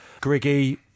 Griggy